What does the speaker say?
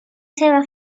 seva